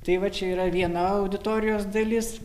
tai va čia yra viena auditorijos dalis